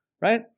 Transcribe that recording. right